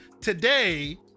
Today